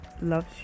loves